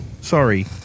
Sorry